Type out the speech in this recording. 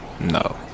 no